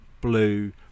blue